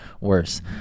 worse